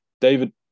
David